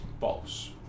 False